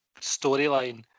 storyline